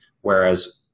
Whereas